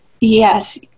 Yes